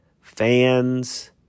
Fans